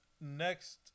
next